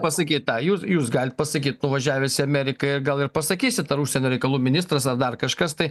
pasakyt tą jūs galit pasakyt nuvažiavęs į ameriką ir gal ir pasakysit ar užsienio reikalų ministras ar dar kažkas tai